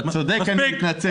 אתה צודק, אני מתנצל.